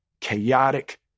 chaotic